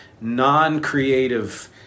non-creative